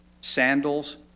sandals